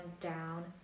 down